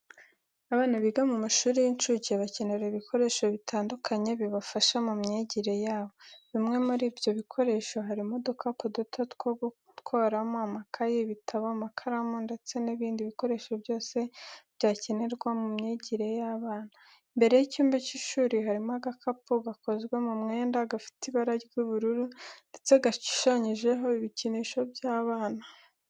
Abana biga mu mashuri y'incuke, bakenera ibikoresho bitandukanye bibafasha mu myigire yabo. Bimwe muri ibyo bikoresho harimo udukapo duto two gutwaramo amakaye, ibitabo, amakaramu ndetse n'ibindi bikoresho byose byakenerwa mu myigire y'abana. Imbere y'icyumba cy'ishuri harimo agakapu gakozwe mu mwenda, gafite ibara ry'ubururu ndetse gashushanyijeho ibikinisho by'abana.